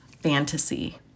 fantasy